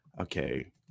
Okay